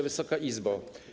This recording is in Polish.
Wysoka Izbo!